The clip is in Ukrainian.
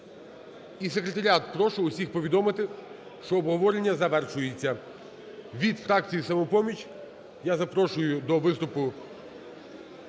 І, секретаріат, прошу всіх повідомити, що обговорення завершується. Від фракції "Самопоміч" я запрошую до виступу